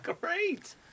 Great